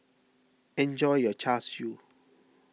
enjoy your Char Siu